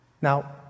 Now